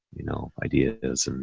you know, ideas and,